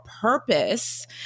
purpose